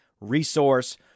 resource